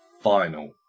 final